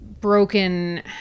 broken